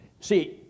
See